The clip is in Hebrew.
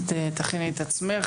נכון.